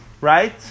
right